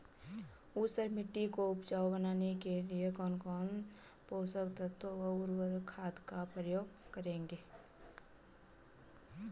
ऊसर मिट्टी को उपजाऊ बनाने के लिए कौन कौन पोषक तत्वों व उर्वरक खाद का उपयोग करेंगे?